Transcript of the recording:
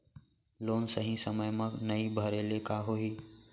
Loan सही समय मा नई भरे ले का होही?